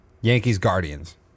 Yankees-Guardians